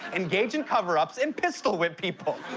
engage in cover-ups and pistol-whip people.